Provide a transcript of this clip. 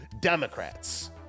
Democrats